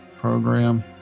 program